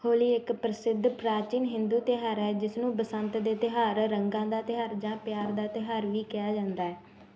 ਹੋਲੀ ਇੱਕ ਪ੍ਰਸਿੱਧ ਪ੍ਰਾਚੀਨ ਹਿੰਦੂ ਤਿਉਹਾਰ ਹੈ ਜਿਸ ਨੂੰ ਬਸੰਤ ਦੇ ਤਿਉਹਾਰ ਰੰਗਾਂ ਦਾ ਤਿਉਹਾਰ ਜਾਂ ਪਿਆਰ ਦਾ ਤਿਉਹਾਰ ਵੀ ਕਿਹਾ ਜਾਂਦਾ